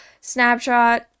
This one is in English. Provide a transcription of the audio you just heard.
Snapshot